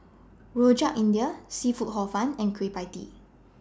Rojak India Seafood Hor Fun and Kueh PIE Tee